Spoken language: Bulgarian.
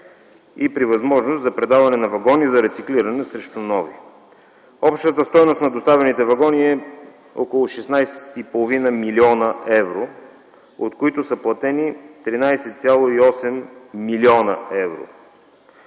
и при възможност за предаване на вагони за рециклиране срещу нови. Общата стойност на доставените вагони е около 16,5 млн. евро, от които са платени 13,8 млн. евро,